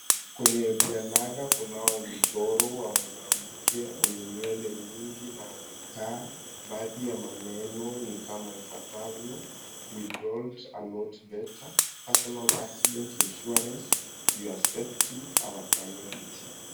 Kwenye jalada, kunao mchoro wa mwanamke mwenye nywele nyingi na amekaa. Baadhi ya maneno ni kama ifuatavyo; "We don't a lot better personal accident insurance, your safety our priority" .